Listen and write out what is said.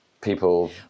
people